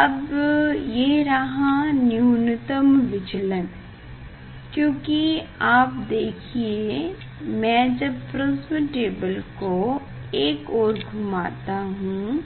अब ये रहा न्यूनतम विचलन क्योकि आप देखिए मैं जब प्रिस्म टेबल को एक ओर घूमता हूँ